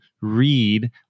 read